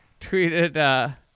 Tweeted